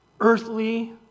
earthly